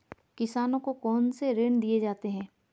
किसानों को कौन से ऋण दिए जाते हैं?